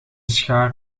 schaar